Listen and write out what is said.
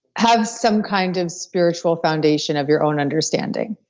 have some kind of spiritual foundation of your own understanding,